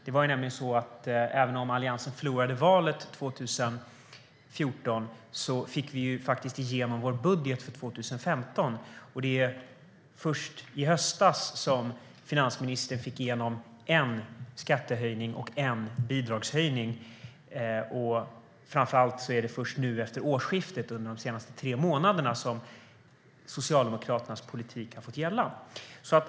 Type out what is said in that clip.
Det var nämligen så att även om Alliansen förlorade valet 2014 fick vi faktiskt igenom vår budget för 2015. Det var först i höstas som finansministern fick igenom en skattehöjning och en bidragshöjning. Och framför allt är det först nu efter årsskiftet, under de senaste tre månaderna, som Socialdemokraternas politik har fått gälla.